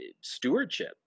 stewardship